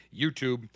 YouTube